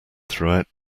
throughout